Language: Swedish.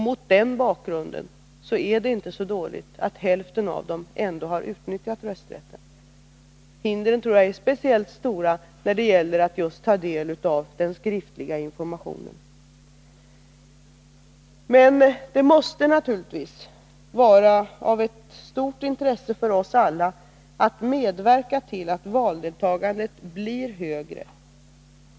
Mot den bakgrunden är det inte så dåligt att hälften av dem ändå har utnyttjat sin rösträtt. Hindren tror jag är speciellt stora när det gäller att ta del av den skriftliga informationen. Men det måste naturligtvis vara ett stort intresse för oss alla att medverka till att valdeltagandet blir högre.